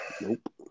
nope